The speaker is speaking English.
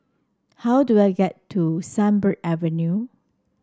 how do I get to Sunbird Avenue